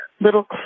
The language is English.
little